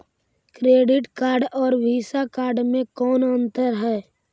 Credit card और Visa card मे कौन अन्तर है?